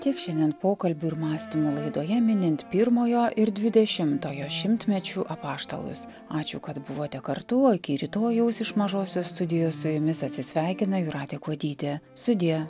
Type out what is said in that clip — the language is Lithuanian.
tiek šiandien pokalbių ir mąstymo laidoje minint pirmojo ir dvidešimtojo šimtmečių apaštalus ačiū kad buvote kartu o iki rytojaus iš mažosios studijos su jumis atsisveikina jūratė kuodytė sudie